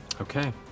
Okay